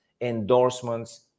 endorsements